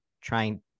trying